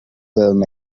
film